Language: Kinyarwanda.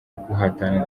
guhatana